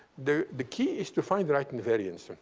the the key is to find the right invariance.